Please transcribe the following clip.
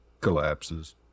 collapses